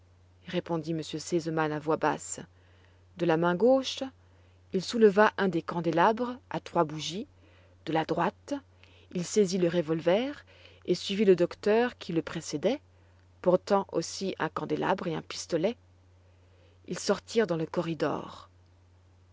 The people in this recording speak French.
répondit m r sesemann à voix basse de la main gauche il souleva un des candélabres à trois bougies de la droite il saisit le revolver et suivit le docteur qui le précédait portant aussi un candélabre et un pistolet ils sortirent dans le corridor